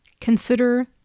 consider